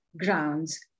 grounds